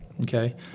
Okay